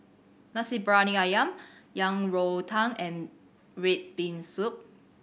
Nasi Briyani Ayam Yang Rou Tang and red bean soup